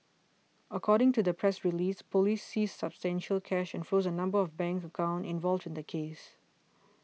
according to the press release police seized substantial cash and froze a number of bank accounts involved in the case